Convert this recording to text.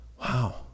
wow